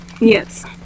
Yes